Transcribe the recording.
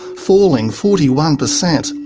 falling forty one per cent.